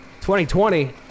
2020